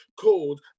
called